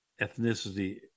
ethnicity